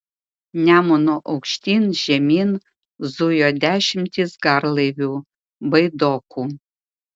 nemunu aukštyn žemyn zujo dešimtys garlaivių baidokų